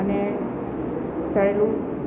અને તળેલું